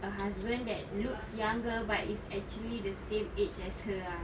a husband that looks younger but is actually the same age as her ah